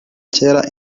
cyera